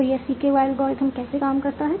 तो यह CKY algorithm कैसे काम करता है